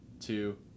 two